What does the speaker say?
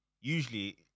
Usually